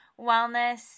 wellness